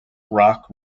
rock